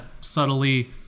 subtly